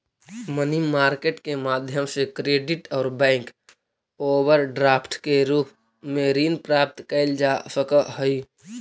money market के माध्यम से क्रेडिट और बैंक ओवरड्राफ्ट के रूप में ऋण प्राप्त कैल जा सकऽ हई